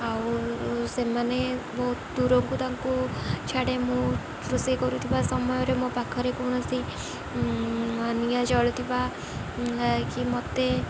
ଆଉ ସେମାନେ ବହୁତ ଦୂରକୁ ତାଙ୍କୁ ଛାଡ଼େ ମୁଁ ରୋଷେଇ କରୁଥିବା ସମୟରେ ମୋ ପାଖରେ କୌଣସି ନିଆଁ ଜଳୁଥିବା କି ମୋତେ